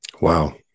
Wow